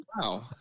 Wow